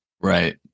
Right